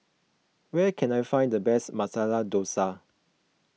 where can I find the best Masala Dosa